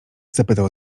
zapytał